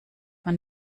man